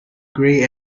grey